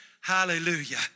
Hallelujah